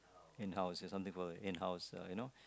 in house there's something called in house you know